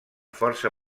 força